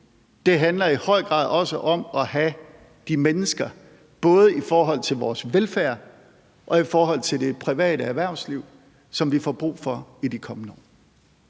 det handler i høj grad også om at have de mennesker både i forhold til vores velfærd og i forhold til det private erhvervsliv, som vi får brug for i de kommende år.